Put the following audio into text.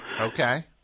Okay